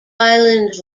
island